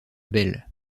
bell